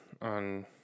on